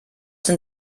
sind